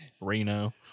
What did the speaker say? Reno